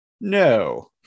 no